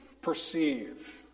perceive